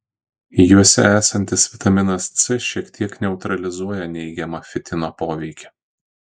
juose esantis vitaminas c šiek tiek neutralizuoja neigiamą fitino poveikį